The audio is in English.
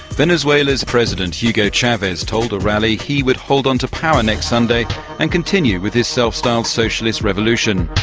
venezuela's president hugo chavez told a rally he would hold on to power next sunday and continue with his self-styled socialist revolution.